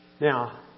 Now